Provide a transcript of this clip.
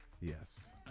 Yes